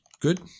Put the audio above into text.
Good